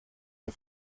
mir